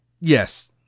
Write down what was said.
yes